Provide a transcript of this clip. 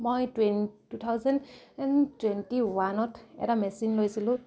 মই twenty two thousand and twenty ওৱানত এটা মেচিন লৈছিলোঁ